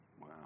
Wow